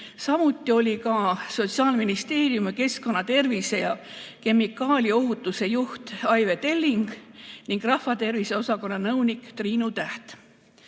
Samuti olid ka Sotsiaalministeeriumi keskkonnatervise ja kemikaaliohutuse juht Aive Telling ning rahvatervise osakonna nõunik Triinu Täht.